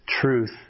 truth